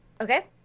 Okay